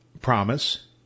Promise